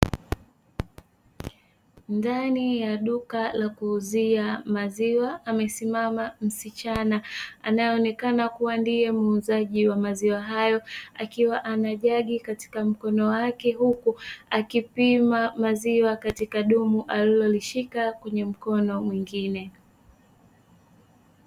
Ndani ya duka la kuuzia maziwa, amesimama msichana anayeonekana kuwa ndiye muuzaji wa maziwa hayo, akiwa ana jagi katika mkono wake huku akipima maziwa katika dumu alilolishika kwenye mkono mwingine.